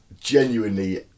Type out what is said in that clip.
genuinely